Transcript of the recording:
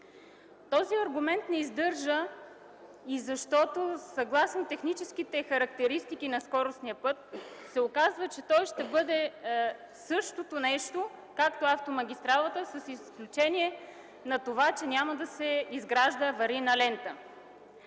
Този аргумент не издържа и защото съгласно техническите характеристики на скоростния път се оказва, че той ще бъде същото нещо както автомагистралата, с изключение на това, че няма да се изгражда аварийна лента.